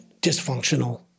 dysfunctional